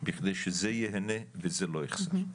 בכדי שזה ייהנה וזה לא יחסר,